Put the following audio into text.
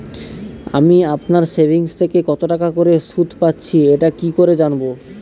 আমি আমার সেভিংস থেকে কতটাকা করে সুদ পাচ্ছি এটা কি করে জানব?